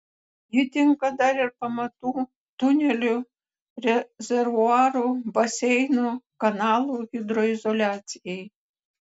ji tinka dar ir pamatų tunelių rezervuarų baseinų kanalų hidroizoliacijai